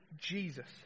Jesus